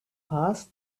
passed